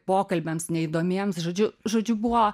pokalbiams neįdomiems žodžiu žodžiu buvo